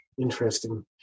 Interesting